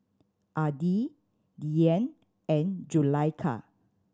Adi Dian and Zulaikha